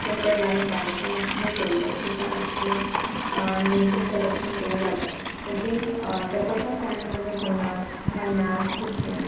सरपटणारे प्राणी पण आहेत जलपक्षी पण आहेत आणि यांचे संरक्षण केले जातात तसे सरपटणारे प्राणीमध्ये घोणस मण्यार फुरसे